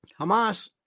Hamas